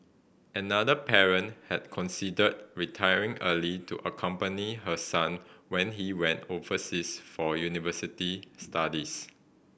another parent had considered retiring early to accompany her son when he went overseas for university studies